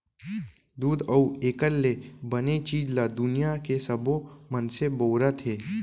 दूद अउ एकर ले बने चीज ल दुनियां के सबो मनसे बउरत हें